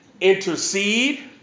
intercede